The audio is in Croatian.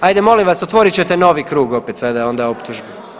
Hajde molim vas otvorit ćete novi krug opet sada onda optužbi.